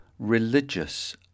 religious